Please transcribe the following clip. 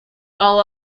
all